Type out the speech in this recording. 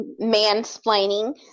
mansplaining